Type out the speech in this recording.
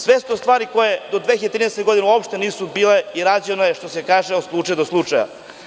Sve su to stvari koje do 2013. godine uopšte nisu bile i rađeno je što se kaže slučaj do slučaja.